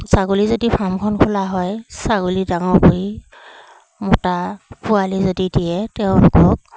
ছাগলী যদি ফাৰ্মখন খোলা হয় ছাগলী ডাঙৰ কৰি মতা পোৱালি যদি দিয়ে তেওঁলোকক